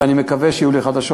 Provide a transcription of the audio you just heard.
ואני מקווה שיהיו לי חדשות.